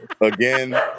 again